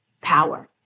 power